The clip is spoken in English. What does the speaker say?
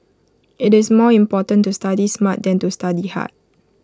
IT is more important to study smart than to study hard